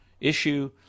issue